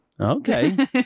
Okay